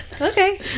okay